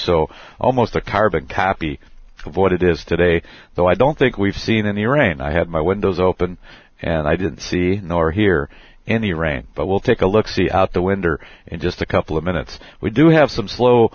so almost a carbon copy of what it is today though i don't think we've seen any rain i had my windows open and i didn't see nor hear any rain but we'll take a look see out the winter in just a couple of minutes we do have some slow